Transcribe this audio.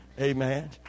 Amen